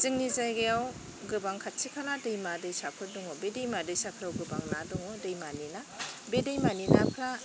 जोंनि जायगायाव गोबां खाथि खाला दैमा दैसाफोर दङ बे दैमा दैसाफोराव गोबां ना दङ दैमानि ना बे दैमानि नाफोरा